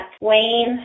Wayne